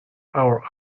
our